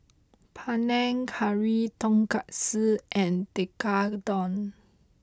Panang Curry Tonkatsu and Tekkadon